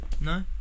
no